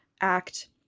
act